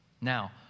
Now